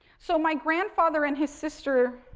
so, my grandfather and his sister,